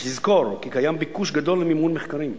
יש לזכור כי קיים ביקוש גדול למימון מחקרים,